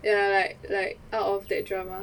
ya like like out of that drama